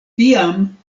tiam